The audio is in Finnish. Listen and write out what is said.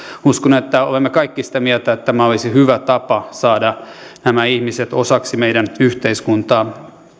uskon että olemme kaikki sitä mieltä että tämä olisi hyvä tapa saada nämä ihmiset osaksi meidän yhteiskuntaamme